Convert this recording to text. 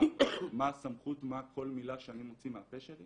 מה הסמכות ומה כל מילה שאני מוציא מהפה שלי